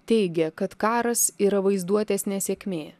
teigia kad karas yra vaizduotės nesėkmė